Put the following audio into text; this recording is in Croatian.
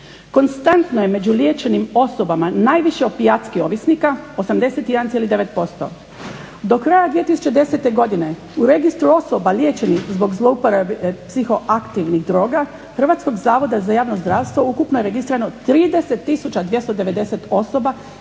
Konstantno je među liječenim osobama najviše opijatskih ovisnika 81,9%. Do kraja 2010. godine u registru osoba liječenih zbog zlouporabe psihoaktivnih droga Hrvatskog zavoda za javno zdravstvo ukupno je registrirano 30 tisuća